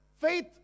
faith